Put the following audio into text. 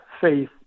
faith